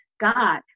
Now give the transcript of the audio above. God